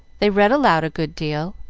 they read aloud a good deal,